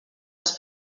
les